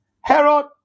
herod